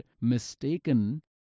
mistaken